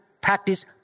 practice